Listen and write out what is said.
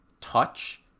touch